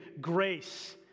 grace